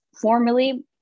formally